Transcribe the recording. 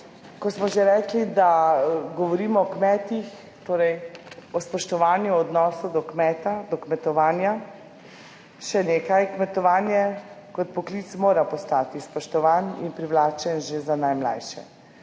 Ko smo že rekli, da govorimo o kmetih, torej o spoštovanju odnosov do kmeta, do kmetovanja, še nekaj, kmetovanje kot poklic mora postati spoštovan in privlačen že za najmlajše.